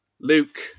Luke